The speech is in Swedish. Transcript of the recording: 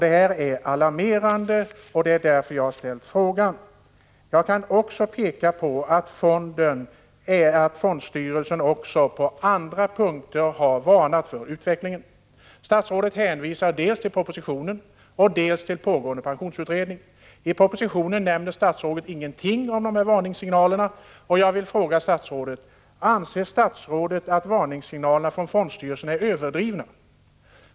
Det här är alarmerande, och det är därför som jag har ställt frågan. Vidare kan jag peka på att fondstyrelsen även på andra punkter har varnat för utvecklingen. Statsrådet hänvisar dels till propositionen, dels till pågående pensionsutredning. Men i propositionen nämner statsrådet ingenting om sådana här varningssignaler. Jag vill därför fråga: Anser statsrådet att varningssignalerna från fondstyrelsen är överdrivna?